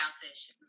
sessions